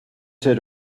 said